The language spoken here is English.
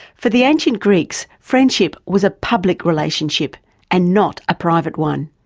for the ancient greeks, friendship was a public relationship and not a private one.